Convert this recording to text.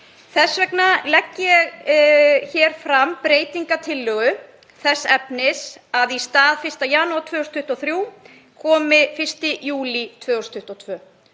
Þess vegna legg ég fram breytingartillögu þess efnis að í stað 1. janúar 2023 komi 1. júlí 2022.